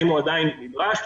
האם הוא עדיין נדרש.